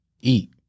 eat